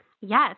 Yes